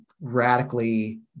radically